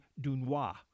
Dunois